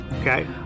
Okay